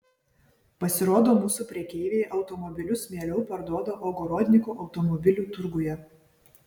pasirodo mūsų prekeiviai automobilius mieliau parduoda ogorodnikų automobilių turguje